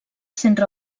centra